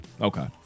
Okay